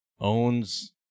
owns